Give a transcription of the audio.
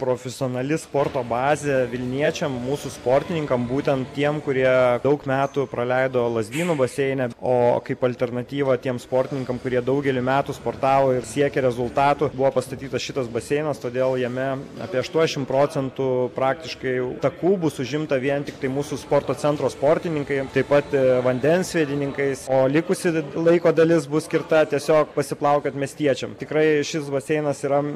profesionali sporto bazė vilniečiam mūsų sportininkam būtent tiem kurie daug metų praleido lazdynų baseine o kaip alternatyvą tiem sportininkam kurie daugelį metų sportavo ir siekė rezultatų buvo pastatytas šitas baseinas todėl jame apie aštuoniasdešim procentų praktiškai jau takų bus užimta vien tiktai mūsų sporto centro sportininkai taip pat vandensviedininkai o likusi laiko dalis bus skirta tiesiog pasiplaukiot miestiečiam tikrai šis baseinas yra